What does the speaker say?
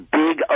big